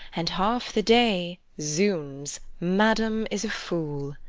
and half the day zounds! madam is a fool!